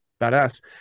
Badass